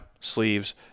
Sleeves